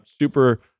Super-